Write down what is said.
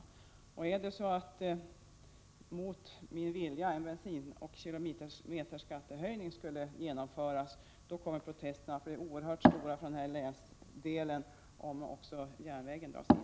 Kanske genomförs mot min vilja en höjning av bensinoch kilometerskatterna. Protesterna kommer att bli oerhört stora från den här länsdelen, om också järnvägen dras in.